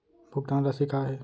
भुगतान राशि का हे?